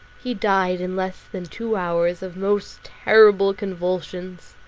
he died in less than two hours of most terrible convulsions.